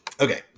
Okay